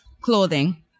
clothing